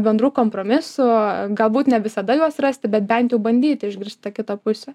bendrų kompromisų galbūt ne visada juos rasti bent jau bandyti išgirsti kitą pusę